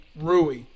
Rui